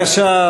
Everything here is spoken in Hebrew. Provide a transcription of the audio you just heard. בבקשה.